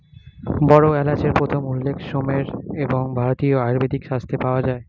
বড় এলাচের প্রথম উল্লেখ সুমের এবং ভারতীয় আয়ুর্বেদিক শাস্ত্রে পাওয়া যায়